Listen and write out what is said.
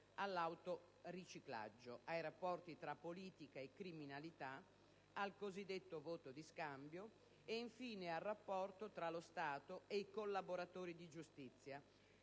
autoriciclaggio, ai rapporti tra politica e criminalità, al cosiddetto voto di scambio e, infine, al rapporto tra lo Stato e i collaboratori di giustizia.